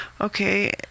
Okay